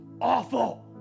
awful